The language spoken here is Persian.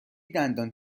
دندان